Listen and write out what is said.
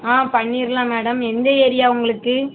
ஆ பண்ணிடலாம் மேடம் எந்த ஏரியா உங்களுக்கு